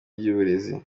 ry’uburezi